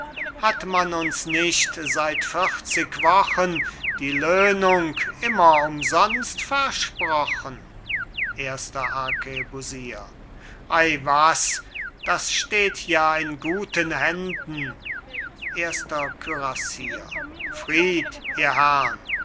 hat man uns nicht seit vierzig wochen die löhnung immer umsonst versprochen erster arkebusier ei was das steht ja in guten händen erster kürassier fried